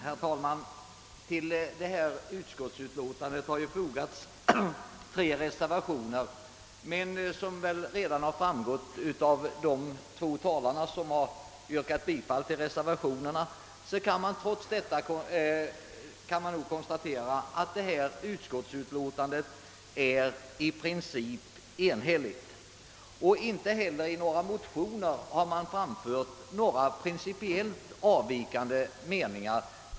Herr talman! Till statsutskottets utlåtande nr 196 har fogats tre reservationer, men som redan framgått av de båda talare som yrkat bifall till reservationerna råder enighet om detta utskottsutlåtande. Inte heller i några motioner har det framförts några mot propositionen principiellt avvikande meningar.